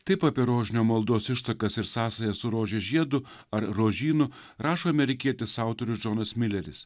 taip apie rožinio maldos ištakas ir sąsają su rožės žiedu ar rožynu rašo amerikietis autorius džonas mileris